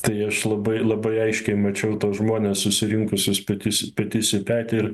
tai aš labai labai aiškiai mačiau tuos žmones susirinkusius petys petys į petį ir